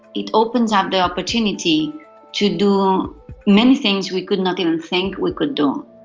it opens up the opportunity to do many things we could not even think we could do,